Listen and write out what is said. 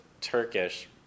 Turkish